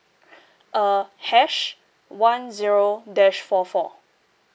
uh hash one zero dash four four